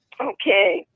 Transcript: Okay